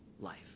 life